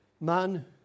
Man